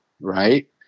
right